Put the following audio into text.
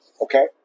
okay